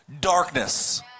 darkness